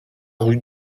rue